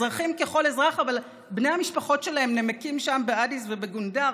אזרחים ככל אזרח אבל בני המשפחות שלהם נמקים שם באדיס ובגונדר,